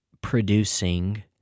producing